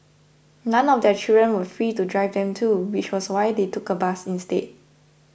none of their children were free to drive them too which was why they took a bus instead